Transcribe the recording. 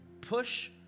push